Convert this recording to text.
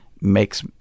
makes